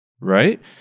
right